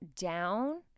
down